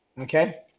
okay